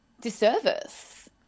disservice